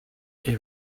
ich